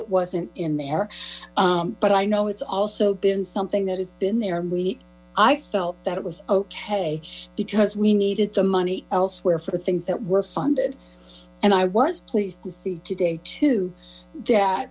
it wasn't in there but i know it's also been something that has been there and we i felt that it was ok because we needed the money elsewhere for the things that were funded and i was pleased to see today